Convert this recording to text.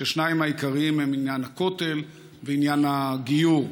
שהשניים העיקריים הם עניין הכותל ועניין הגיור.